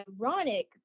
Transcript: ironic